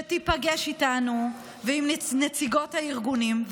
שתיפגש איתנו ועם נציגות הארגונים,